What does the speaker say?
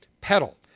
pedal